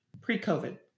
pre-COVID